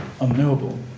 unknowable